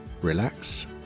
relax